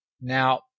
Now